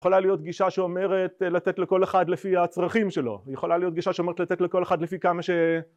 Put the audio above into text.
יכולה להיות גישה שאומרת לתת לכל אחד לפי הצרכים שלו, יכולה להיות גישה שאומרת לתת לכל אחד לפי כמה ש...